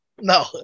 No